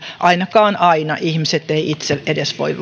ainakaan aina ihmiset eivät itse edes voi